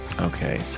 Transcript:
Okay